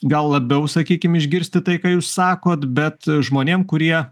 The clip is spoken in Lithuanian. gal labiau sakykim išgirsti tai ką jūs sakot bet žmonėm kurie